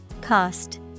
Cost